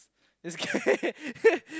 just kidding